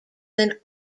than